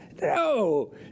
No